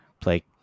play